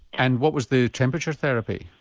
and what was the temperature therapy?